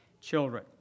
children